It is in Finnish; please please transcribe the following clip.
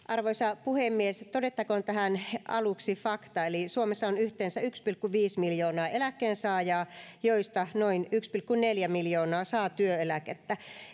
arvoisa puhemies todettakoon tähän aluksi fakta suomessa on yhteensä yksi pilkku viisi miljoonaa eläkkeensaajaa joista noin yksi pilkku neljä miljoonaa saa työeläkettä